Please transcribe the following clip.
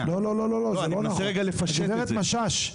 הגברת משש,